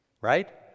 right